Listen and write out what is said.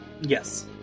Yes